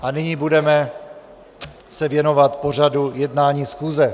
A nyní budeme se věnovat pořadu jednání schůze.